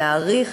להאריך